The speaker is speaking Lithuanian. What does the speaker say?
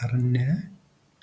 ar ne